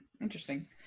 Interesting